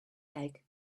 egg